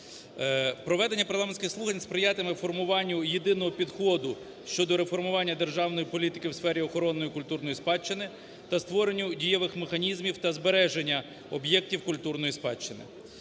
Проведення парламентських слухань сприятиме формуванню єдиного підходу щодо реформування державної політики у сфері охорони культурної спадщини та створенню дієвих механізмів, та збереження об'єктів культурної спадщини.